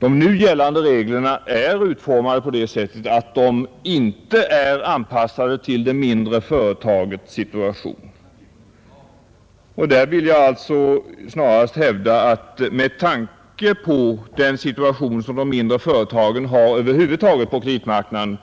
De nu gällande reglerna är utformade på det sättet att de inte är anpassade till det mindre företagets situation. Jag vill alltså hävda att med tanke på den situation som de mindre företagen har allmänt sett på kreditmarknaden